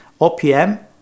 OPM